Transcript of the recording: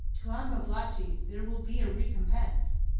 tuan babalatchi, there will be a recompense!